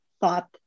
thought